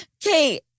Kate